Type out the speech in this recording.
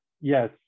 Yes